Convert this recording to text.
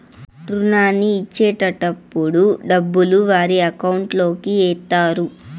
రుణాన్ని ఇచ్చేటటప్పుడు డబ్బులు వారి అకౌంట్ లోకి ఎత్తారు